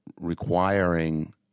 requiring